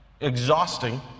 exhausting